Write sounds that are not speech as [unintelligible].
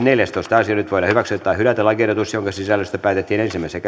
[unintelligible] neljästoista asia nyt voidaan hyväksyä tai hylätä lakiehdotus jonka sisällöstä päätettiin ensimmäisessä [unintelligible]